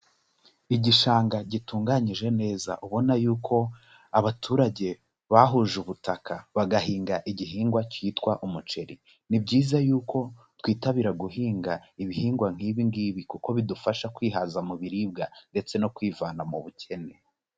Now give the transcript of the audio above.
Igishanga gitunganyije neza, ubona yuko abaturage bahuje ubutaka bagahinga igihingwa cyitwa umuceri, ni byiza yuko twitabira guhinga ibihingwa nk'ibi ngibi, kuko bidufasha kwihaza mu biribwa ndetse no kwivana mu bukene.